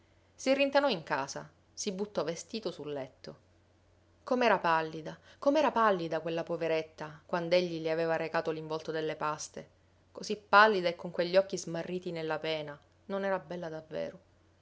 si rintanò in casa si buttò vestito sul letto com'era pallida com'era pallida quella poveretta quand'egli le aveva recato l'involto delle paste così pallida e con quegli occhi smarriti nella pena non era bella davvero